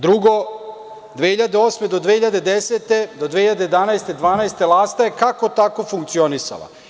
Drugo, od 2008. do 2010. godine „Lasta“ je kako tako funkcionisala.